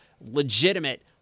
legitimate